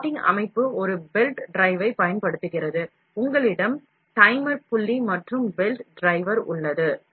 சதி அமைப்பு ஒரு பெல்ட் டிரைவைப் பயன்படுத்துகிறது உங்களிடம் டைமர் pulley மற்றும் பெல்ட் டிரைவ் உள்ளது